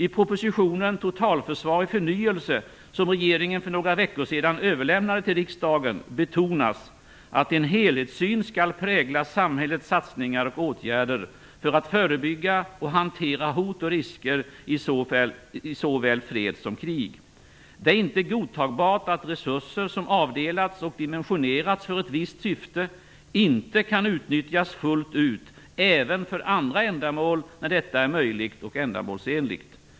I propositionen Totalförsvar i förnyelse, som regeringen för några veckor sedan överlämnade till riksdagen, betonas att en helhetssyn skall prägla samhällets satsningar och åtgärder för att förebygga och hantera hot och risker i såväl fred som krig. Det är inte godtagbart att resurser som avdelats och dimensionerats för ett visst syfte inte kan utnyttjas fullt ut även för andra ändamål, när detta är möjligt och ändamålsenligt.